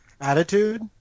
attitude